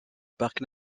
parc